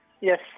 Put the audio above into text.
Yes